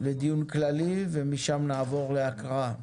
לדיון כללי, ומשם נעבור להקראה.